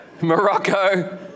Morocco